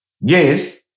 Yes